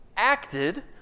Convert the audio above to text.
acted